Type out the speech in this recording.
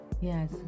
Yes